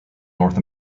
north